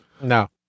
No